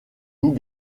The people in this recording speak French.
loup